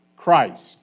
Christ